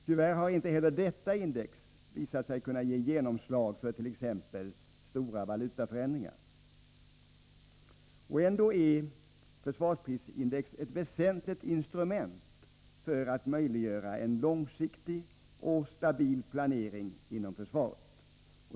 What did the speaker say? Tyvärr har inte heller detta index visat sig kunna ge genomslag för t.ex. stora valutaförändringar. Ändå är försvarsprisindex ett väsentligt instrument för att möjliggöra en långsiktig och stabil planering inom försvaret.